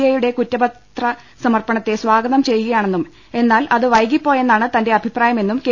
ഐയുടെ കുറ്റപത്ര സമർപ്പണത്തെ സ്ഥാഗതം ചെയ്യുകയാണെന്നും എന്നാൽ അത് വൈകിപ്പോയെന്നാണ് തന്റെ അഭിപ്രായമെന്നും കെ